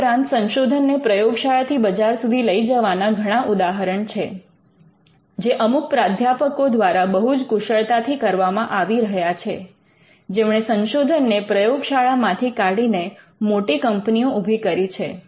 આ ઉપરાંત સંશોધનને પ્રયોગશાળા થી બજાર સુધી લઈ જવા ના ઘણા ઉદાહરણ છે જે અમુક પ્રાધ્યાપકો દ્વારા બહુ જ કુશળતાથી કરવામાં આવી રહ્યા છે જેમણે સંશોધનને પ્રયોગ શાળા માંથી કાઢીને મોટી કંપનીઓ ઉભી કરી છે